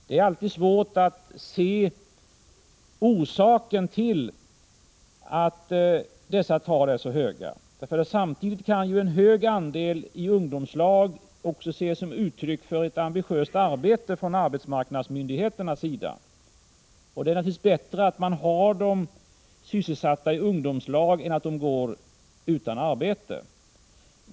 Det är alltid svårt att se orsaken till att antalet ungdomar i ungdomslag är så stort. En hög andel ungdomar i ungdomslag kan samtidigt ses som uttryck för ett ambitiöst arbete från arbetsmarknadsmyndigheternas sida. Det är naturligtvis bättre att ungdomarna är sysselsatta i ungdomslag än att de går utan arbete.